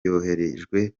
yoherejwe